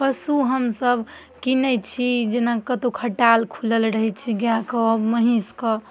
पशु हमसब किनै छी जेना कतौ खटाल खुलल रहै छै गायके महीषके